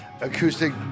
acoustic